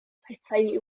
petai